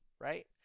right